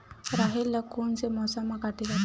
राहेर ल कोन से मौसम म काटे जाथे?